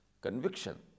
conviction